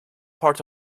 part